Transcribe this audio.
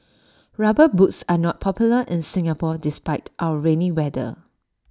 rubber boots are not popular in Singapore despite our rainy weather